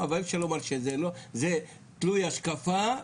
אבל זה תלוי השקפה,